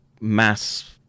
mass